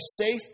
safe